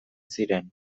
ziren